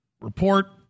report